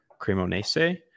Cremonese